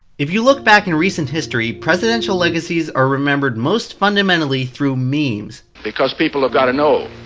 if you look back in recent history, presidential legacies are remembered most fundamentally through memes. because people have got to know,